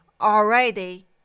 already